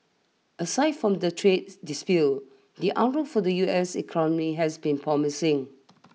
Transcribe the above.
aside from the trades dispute the outlook for the U S economy has been promising